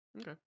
Okay